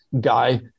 guy